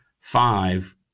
Five